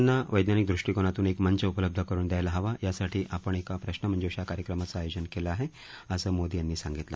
विदयार्थ्याना वैज्ञानिक दृष्टीकोनात्न एक मंच उपलब्ध करून दयायला हवा यासाठी आपण एका प्रश्नमंजुषा कार्यक्रमाचं आयोजन केलं आहे असं मोदी यांनी सांगितलं